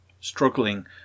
struggling